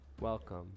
Welcome